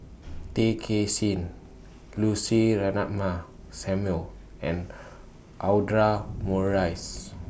Tay Kay Chin Lucy Ratnammah Samuel and Audra Morrice